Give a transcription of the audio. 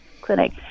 clinic